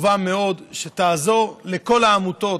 טובה מאוד, שתעזור לכל העמותות,